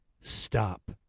stop